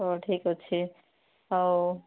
ହଉ ଠିକ୍ ଅଛି ହଉ